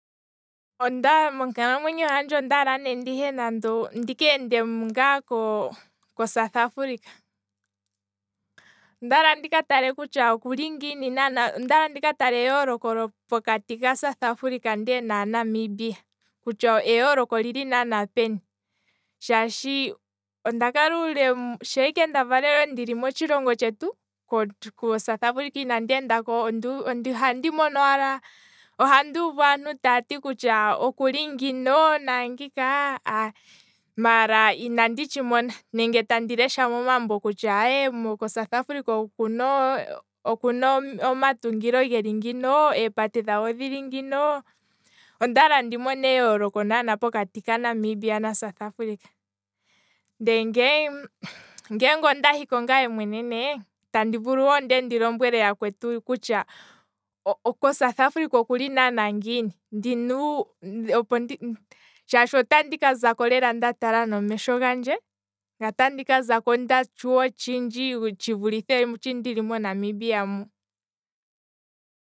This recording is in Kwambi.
Monkalamwenyo handje ondaala ndi keende ngaa kosouth africa, ondaala ndika tale kutya okuli ngiini naana, ondaala ndika tale eyooloko pokati kasouth africa ndele nanamibia kutya eyoloko olili naana peni, shaashi onda kala uule, sha ike nda valelwe ndili motshilongo tshetu, kosouth africa inandi endako, ohandi mono wala, ohandi uvu aanti taati kutya okuli ngika naangika, maala inandi tshimona, nenge tandi lesha momambo aye kosouth africa okuna okuna omatungilo geli ngino, eepate dhawo odhili ngino, ondaala ndi mone eyoloko naana pokati kanamibia nasouth africa, ndee nge. ngeenge onda hiko ngaye mwene nee, tandi vulu ndee ndi lombwele yakwetu kutya kosouth africa okuli naana ngiini, ndina, shaashi otandi kazako lela nda tala nomesho gandje, ngaye otandi kazako nda tshuwa otshindji tshivu lithe shi ndili monamibia mu.